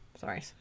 Sorry